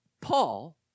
Paul